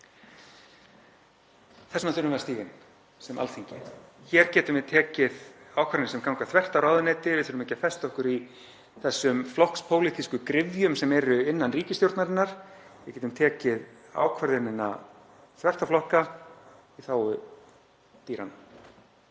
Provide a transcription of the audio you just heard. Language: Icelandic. Þess vegna þurfum við að stíga inn sem Alþingi. Hér getum við tekið ákvarðanir sem ganga þvert á ráðuneyti. Við þurfum ekki að festa okkur í þessum flokkspólitísku gryfjum sem eru innan ríkisstjórnarinnar. Við getum tekið ákvörðunina þvert á flokka í þágu dýranna.